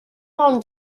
ond